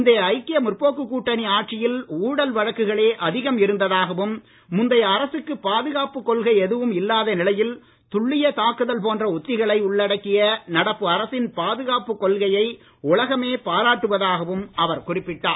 முந்தைய ஐக்கிய முற்போக்கு கூட்டணி ஆட்சியில் ஊழல் வழக்குகளே அதிகம் இருந்ததாகவும் முந்தைய அரசுக்கு பாதுகாப்பு கொள்கை எதுவும் இல்லாத நிலையில் துல்லிய தாக்குதல் போன்ற உத்திகளை உள்ளடக்கிய நடப்பு அரசின் பாதுகாப்புக் கொள்கையை உலகமே பாராட்டுவதாகவும் அவர் குறிப்பிட்டார்